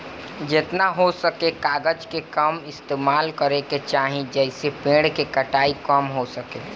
जेतना हो सके कागज के कम इस्तेमाल करे के चाही, जेइसे पेड़ के कटाई कम हो सके